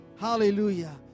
Hallelujah